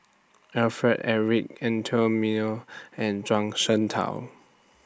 Alfred Eric Anthony Miller and Zhuang Shengtao